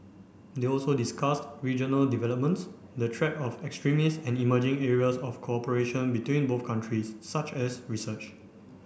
they also discussed regional developments the threat of extremist and emerging areas of cooperation between both countries such as research